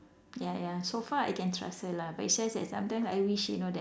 ya ya so far I can trust her lah but it's just that sometimes I wish you know that